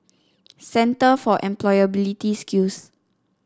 Centre for Employability Skills